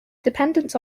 dependence